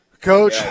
Coach